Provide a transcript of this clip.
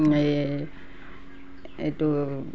এই এইটো